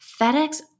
FedEx